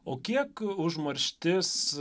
o kiek užmarštis